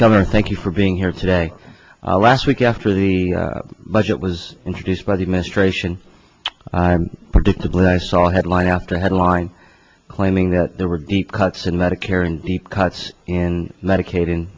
governor thank you for being here today last week after the budget was introduced by the administration predictably i saw headline after headline claiming that there were deep cuts in medicare and the cuts in medicaid in